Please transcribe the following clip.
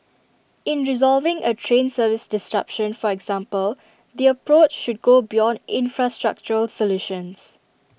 in resolving A train service disruption for example the approach should go beyond infrastructural solutions